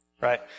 Right